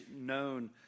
known